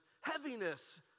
heaviness